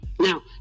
Now